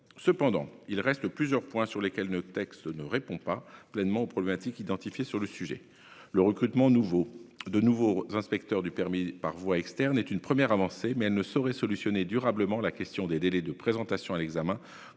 Cependant, il reste plusieurs points sur lesquels le texte ne répond pas pleinement aux problématiques identifiées sur le sujet. Le recrutement de nouveaux inspecteurs du permis par voie externe est une première avancée, mais elle ne saurait résoudre durablement la question des délais de présentation de l'examen,